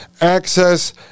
access